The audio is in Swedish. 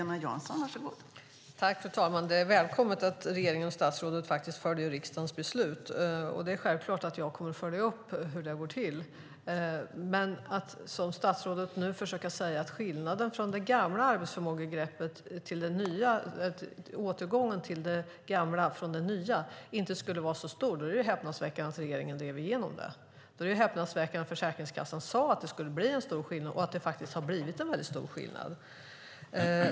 Fru talman! Det är välkommet att regeringen och statsrådet följer riksdagens beslut. Det är självklart att jag kommer att följa upp hur det går till. Men nu försöker statsrådet säga att skillnaden mellan det gamla arbetsförmågebegreppet och det nya, det vill säga återgången till det gamla från det nya, inte skulle vara så stor. Då är det häpnadsväckande att regeringen drev igenom det. Då är det häpnadsväckande att Försäkringskassan sade att det skulle bli en stor skillnad och att det faktiskt har blivit en stor skillnad.